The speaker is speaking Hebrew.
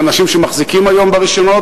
האנשים שמחזיקים היום ברשיונות,